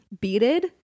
beaded